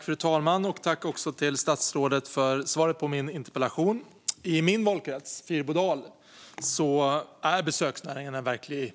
Fru talman! Jag tackar statsrådet för svaret på min interpellation. I min valkrets, Fyrbodal, är besöksnäringarna en verklig